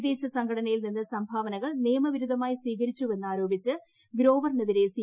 വിദേശ സംഘടനയിൽ നിന്ന് സംഭാവനകൾ നിയമ വിരുദ്ധമായി സ്വീകരിച്ചുവെന്ന് ആരോപിച്ച് ഗ്രോവറിനെതിരെ സി